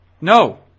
No